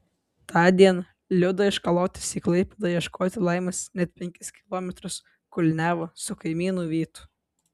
tądien liuda iš kalotės į klaipėdą ieškoti laimės net penkis kilometrus kulniavo su kaimynu vytu